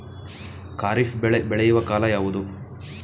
ಖಾರಿಫ್ ಬೆಳೆ ಬೆಳೆಯುವ ಕಾಲ ಯಾವುದು?